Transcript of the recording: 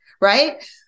right